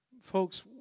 Folks